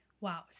Wow